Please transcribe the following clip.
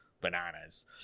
bananas